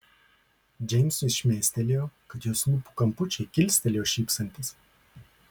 džeimsui šmėstelėjo kad jos lūpų kampučiai kilstelėjo šypsantis